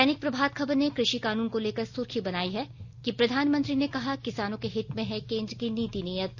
दैनिक प्रभात खबर ने कृषि कानून को लेकर सुर्खी बनायी है कि प्रधानमंत्री ने कहा किसानों के हित में है केन्द्र की नीति नीयत